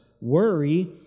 Worry